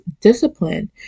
discipline